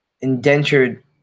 indentured